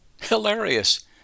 Hilarious